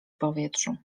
powietrzu